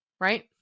Right